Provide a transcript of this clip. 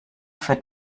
für